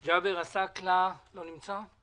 אז הנה עוד שלושה חודשים שלא יימצא פתרון